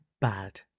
Bad